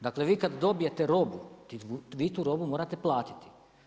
Dakle vi kad dobijete robu, vi tu robu morate platiti.